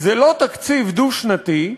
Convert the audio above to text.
זה לא תקציב דו-שנתי,